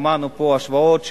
שמענו פה השוואות שלנו,